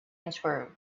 unscrew